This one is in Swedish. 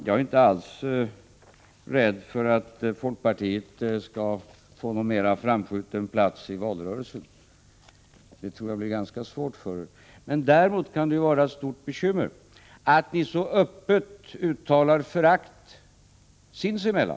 Jag är inte alls rädd för att folkpartiet skall få någon mera framskjuten plats i valrörelsen. Jag tror att det blir ganska svårt för folkpartiet att klara det. Men däremot kan det bli ett stort bekymmer att de borgerliga så öppet uttalar ett förakt för varandra.